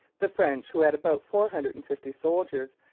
the french, who had about four hundred and fifty soldiers,